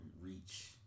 reach